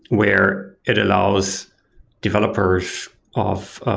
where it allows developers of